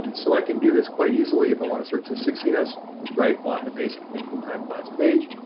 um so i can do this quite easily if i want to search the sixteen s right on the basic nucleotide blast page.